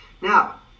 Now